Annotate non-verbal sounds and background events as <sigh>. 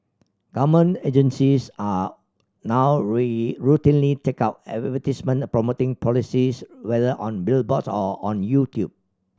government agencies are now <unintelligible> routinely take out advertisements promoting policies whether on billboards or on YouTube